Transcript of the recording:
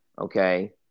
Okay